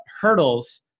hurdles